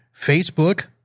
Facebook